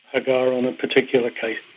hagar, on that particular case.